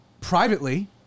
privately